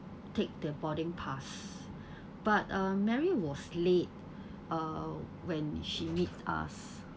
take the boarding pass but uh mary was late uh when she meet us